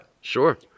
sure